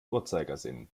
uhrzeigersinn